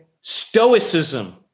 stoicism